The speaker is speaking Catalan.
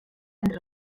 entre